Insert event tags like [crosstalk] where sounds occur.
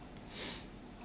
[noise]